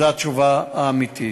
זו התשובה האמיתית.